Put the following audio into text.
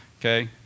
Okay